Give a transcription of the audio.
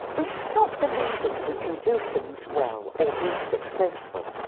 we stop believing we can do things well or be successful.